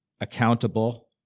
accountable